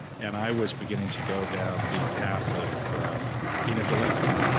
and i was beginning to go down the path of being a delinquent.